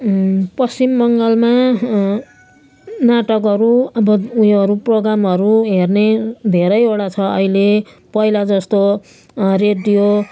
पश्चिम बङ्गालमा नाटकहरू अब उयोहरू प्रोग्रामहरू हेर्ने धेरैवटा छ अहिले पहिला जस्तो रेडियो